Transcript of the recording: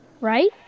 right